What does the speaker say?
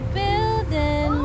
building